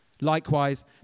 Likewise